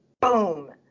boom